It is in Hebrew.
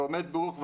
ועומד גוף,